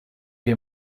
wie